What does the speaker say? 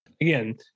Again